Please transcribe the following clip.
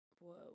Whoa